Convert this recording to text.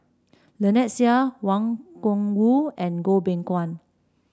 Lynnette Seah Wang Gungwu and Goh Beng Kwan